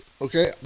Okay